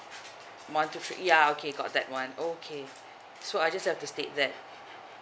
one two three ya okay got that one okay so I just have to state that